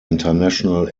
international